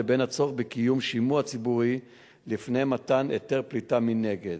לבין הצורך בקיום שימוע ציבורי לפני מתן היתר פליטה מנגד.